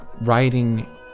writing